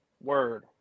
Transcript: Word